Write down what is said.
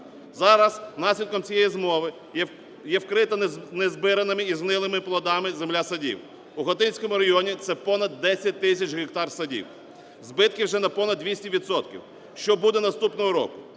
Зараз наслідком цієї змови є вкрита незбираними і згнилими плодами земля садів. У Хотинському районі це понад 10 тисяч гектарів садів. Збитки вже на понад 200 відсотків. Що буде наступного року?